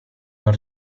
non